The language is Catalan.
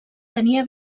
tenia